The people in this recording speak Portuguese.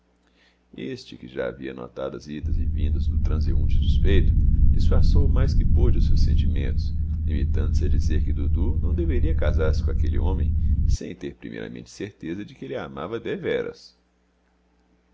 este que já havia notado as idas e vindas do transeunte suspeito disfarçou o mais que pôde os seus sentimentos limitando-se a dizer que dudu não deveria casar-se com aquele homem sem ter primeiramente certeza de que ele a amava deveras